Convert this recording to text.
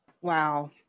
Wow